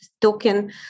token